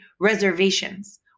reservations